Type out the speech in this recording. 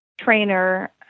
trainer